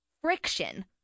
Friction